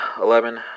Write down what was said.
eleven